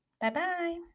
Bye-bye